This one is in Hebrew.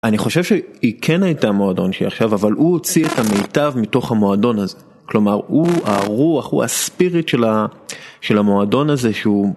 אני חושב שהיא כן הייתה מועדון שעכשיו אבל הוא הוציא את המיטב מתוך המועדון הזה כלומר הוא הרוח הוא הספיריט של המועדון הזה שהוא.